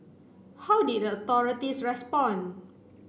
how did the authorities respond